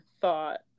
thought